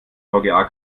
vga